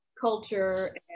culture